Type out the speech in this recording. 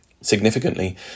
Significantly